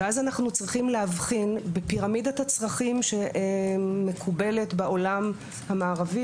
ואז אנחנו צריכים להבחין בפירמידת הצרכים שמקובלת בעולם המערבי,